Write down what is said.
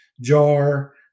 jar